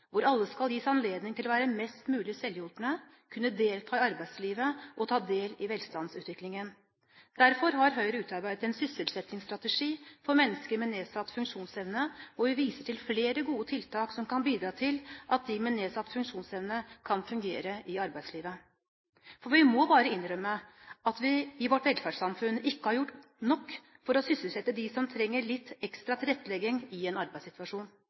hvor alle skal gis anledning til å være mest mulig selvhjulpne, kunne delta i arbeidslivet og ta del i velstandsutviklingen. Derfor har Høyre utarbeidet en sysselsettingsstrategi for mennesker med nedsatt funksjonsevne, hvor vi viser til flere gode tiltak som kan bidra til at de med nedsatt funksjonsevne kan fungere i arbeidslivet. Vi må bare innrømme at vi i vårt velferdssamfunn ikke har gjort nok for å sysselsette de som trenger litt ekstra tilrettelegging i en arbeidssituasjon.